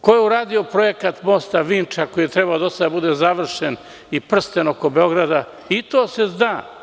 Ko je uradio projekat mosta Vinča koji je trebao do sada da bude završen i prsten oko Beograda, i to se zna.